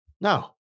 No